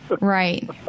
Right